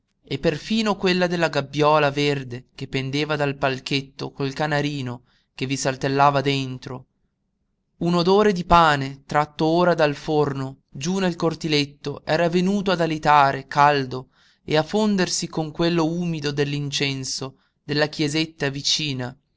e perfino quella della gabbiola verde che pendeva dal palchetto col canarino che vi saltellava dentro un odore di pane tratto ora dal forno giú nel cortiletto era venuto ad alitare caldo e a fondersi con quello umido dell'incenso della chiesetta vicina